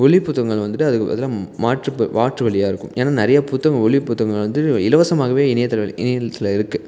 ஒலி புத்தகங்கள் வந்துட்டு அதுக்கு அதில் மாற்று ப மாற்று வழியாக இருக்கும் ஏன்னா நிறையா புத்தகம் ஒலிப்புத்தகங்கள் வந்து இலவசமாகவே இணையதளம் வ இணையத்தில் இருக்குது